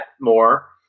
more